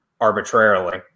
arbitrarily